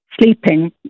sleeping